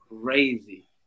crazy